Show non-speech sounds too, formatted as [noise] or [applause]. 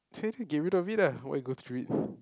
try to get rid of it ah why you go through it [breath]